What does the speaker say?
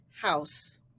house